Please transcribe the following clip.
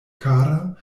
kara